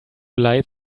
light